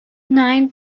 night